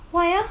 why ah